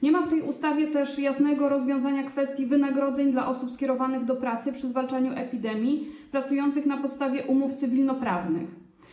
Nie ma w tej ustawie też jasnego rozwiązania kwestii wynagrodzeń dla osób skierowanych do pracy przy zwalczaniu epidemii, pracujących na podstawie umów cywilnoprawnych.